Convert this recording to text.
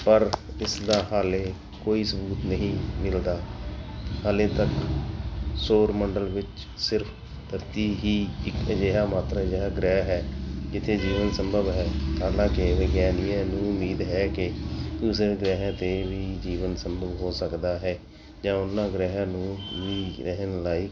ਪਰ ਇਸਦਾ ਹਜੇ ਕੋਈ ਸਬੂਤ ਨਹੀਂ ਮਿਲਦਾ ਹਜੇ ਤੱਕ ਸੋਰ ਮੰਡਲ ਵਿੱਚ ਸਿਰਫ਼ ਧਰਤੀ ਹੀ ਇੱਕ ਅਜਿਹਾ ਮਾਤਰ ਅਜਿਹਾ ਗ੍ਰਹਿ ਹੈ ਜਿੱਥੇ ਜੀਵਨ ਸੰਭਵ ਹੈ ਹਾਲਾਂਕਿ ਵਿਗਿਆਨੀਆਂ ਨੂੰ ਉਮੀਦ ਹੈ ਕਿ ਉਸ ਗ੍ਰਹਿ 'ਤੇ ਵੀ ਜੀਵਨ ਸੰਭਵ ਹੋ ਸਕਦਾ ਹੈ ਜਾਂ ਉਹਨਾਂ ਗ੍ਰਹਿ ਨੂੰ ਵੀ ਰਹਿਣ ਲਾਇਕ